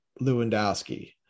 Lewandowski